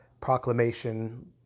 proclamation